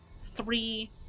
three